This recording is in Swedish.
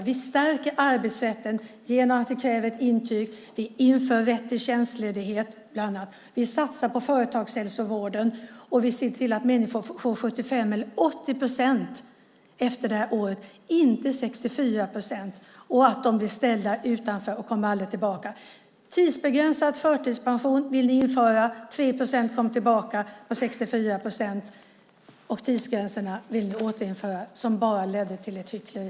Vi stärker arbetsrätten genom att vi kräver ett intyg. Vi inför bland annat rätt till tjänstledighet, och vi satsar på företagshälsovården. Vi ser till att människor får 75 eller 80 procents ersättning efter detta år, inte att de får 64 procents ersättning och blir ställda utanför och aldrig kommer tillbaka. Ni vill införa tidsbegränsad förtidspension - 3 procent av dessa människor kommer tillbaka - och ersättningen ska vara 64 procent. Ni vill också återinföra tidsgränserna som bara ledde till ett hyckleri.